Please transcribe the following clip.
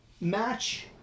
match